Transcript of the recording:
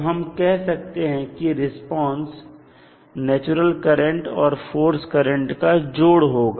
तो हम कह सकते हैं कि रिस्पांस नेचुरल करंट और फोर्स करंट का जोड़ होगा